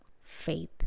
faith